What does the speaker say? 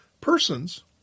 persons